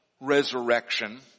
resurrection